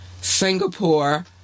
singapore